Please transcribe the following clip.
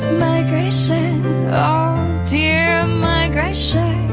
migration oh dear migration